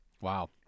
wow